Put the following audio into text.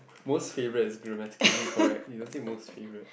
most favourite is grammatically incorrect you don't say most favourite